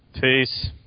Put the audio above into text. Peace